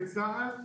אולי בצה"ל,